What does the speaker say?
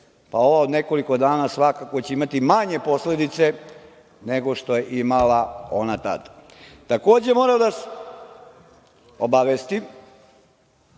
pa ova od nekoliko dana, svakako će imati manje posledice nego što je imala ona tad. Takođe, moram da vas obavestim,